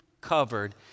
covered